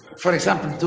for example,